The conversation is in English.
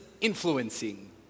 influencing